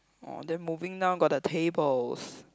orh then moving down got the tables